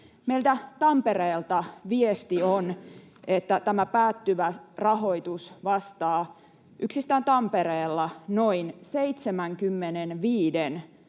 Meiltä Tampereelta viesti on, että tämä päättyvä rahoitus vastaa yksistään Tampereella noin 75